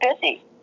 busy